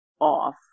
off